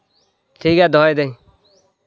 ᱴᱷᱤᱠ ᱜᱮᱭᱟ ᱫᱚᱦᱚᱭᱮᱫᱟᱹᱧ